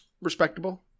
respectable